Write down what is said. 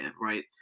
right